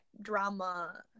drama